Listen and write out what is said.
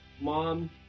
Mom